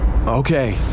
Okay